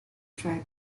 fry